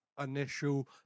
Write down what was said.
initial